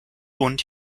und